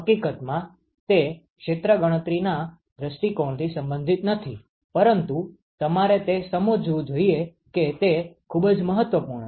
હકીકતમાં તે ક્ષેત્ર ગણતરીના દૃષ્ટિકોણથી સંબંધિત નથી પરંતુ તમારે તે સમજવું જોઈએ કે તે ખુબ જ મહત્વપૂર્ણ છે